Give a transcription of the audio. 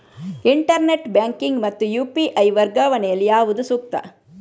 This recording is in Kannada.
ಇಂಟರ್ನೆಟ್ ಬ್ಯಾಂಕಿಂಗ್ ಮತ್ತು ಯು.ಪಿ.ಐ ವರ್ಗಾವಣೆ ಯಲ್ಲಿ ಯಾವುದು ಸೂಕ್ತ?